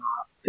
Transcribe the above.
off